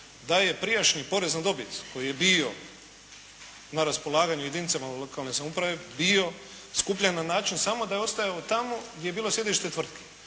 da je prijašnji porez na dobit koji je bio na raspolaganju jedinicama lokalne samouprave bio skupljen na način samo da je ostajao tamo gdje je bilo sjedište tvrtki.